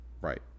Right